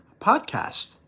podcast